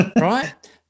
Right